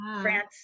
France